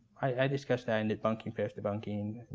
i discussed that in debunking fair's debunking,